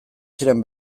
ziren